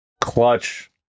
clutch